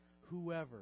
whoever